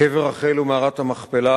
קבר רחל ומערת המכפלה,